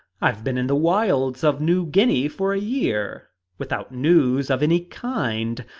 i've been in the wilds of new guinea for a year without news of any kind!